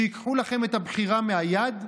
שייקחו לכם את הבחירה מהיד?